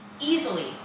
Easily